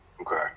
Okay